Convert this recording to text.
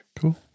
Cool